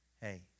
Hey